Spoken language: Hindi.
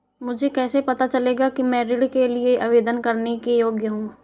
मुझे कैसे पता चलेगा कि मैं ऋण के लिए आवेदन करने के योग्य हूँ?